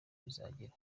bizagera